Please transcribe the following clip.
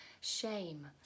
shame